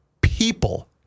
people